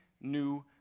new